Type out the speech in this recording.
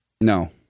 No